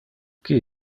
qui